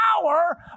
power